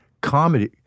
comedy